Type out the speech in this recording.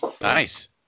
Nice